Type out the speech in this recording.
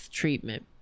treatment